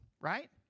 right